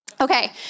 Okay